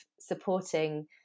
supporting